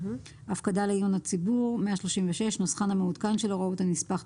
136.הפקדה לעיון הציבור נוסחן המעודכן של הוראות הנספח,